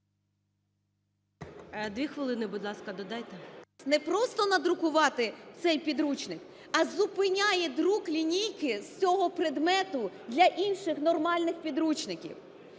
Дві хвилини, будь ласка, додайте. ГРИНЕВИЧ Л.М. Не просто надрукувати цей підручник, а зупиняє друк лінійки з цього предмету для інших нормальних підручників.